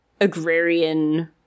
agrarian